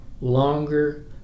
longer